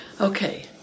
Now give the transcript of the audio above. Okay